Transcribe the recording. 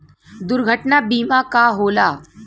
दुर्घटना बीमा का होला?